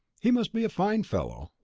he must be a fine fellow.